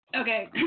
Okay